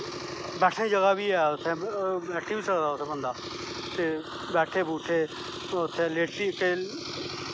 बैठनें दी जगाह् बी ऐ उत्थें बंदा बैठी बी सकदा ते बैठे बूठे ते लेटी